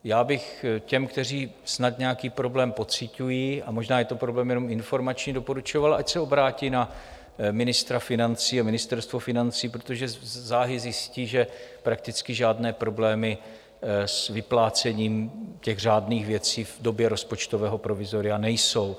Já bych těm, kteří snad nějaký problém pociťují, a možná je to problém jenom informační, doporučoval, ať se obrátí na ministra financí a Ministerstvo financí, protože záhy zjistí, že prakticky žádné problémy s vyplácením těch řádných věcí v době rozpočtového provizoria nejsou.